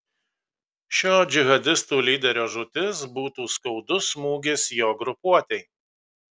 šio džihadistų lyderio žūtis būtų skaudus smūgis jo grupuotei